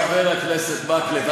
חבר הכנסת מקלב,